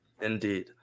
indeed